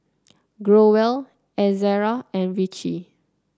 Growell Ezerra and Vichy